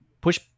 push